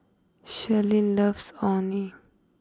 Sherlyn loves Orh Nee